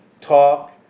talk